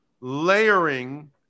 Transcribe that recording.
layering